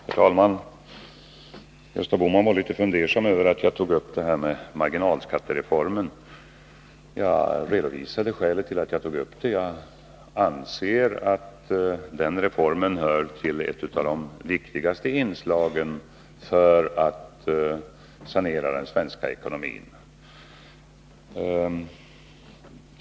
Herr talman! Gösta Bohman var litet fundersam över att jag tog upp marginalskattereformen. Jag redovisade skälet till att jag gjorde det: Jag anser att den reformen är ett av de viktigaste inslagen för att sanera den svenska ekonomin.